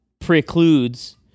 precludes